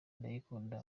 ndayikunda